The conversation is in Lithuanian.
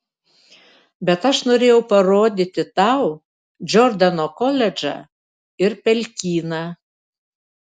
bet aš norėjau parodyti tau džordano koledžą ir pelkyną